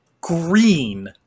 green